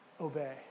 obey